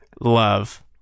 Love